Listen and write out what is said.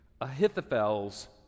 Ahithophel's